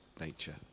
nature